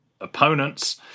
opponents